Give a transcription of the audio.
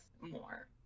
more